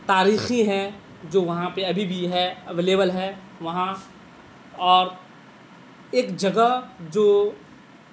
تاریخی ہیں جو وہاں پہ ابھی بھی ہے اویلیبل ہے وہاں اور ایک جگہ جو